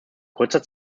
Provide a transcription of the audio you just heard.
kurzer